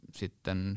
sitten